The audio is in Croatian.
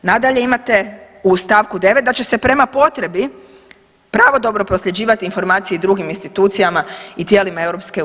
Nadalje, imate u stavku 9. da će se prema potrebi pravodobno prosljeđivati informacije i drugim institucijama i tijelima EU.